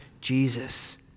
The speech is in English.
Jesus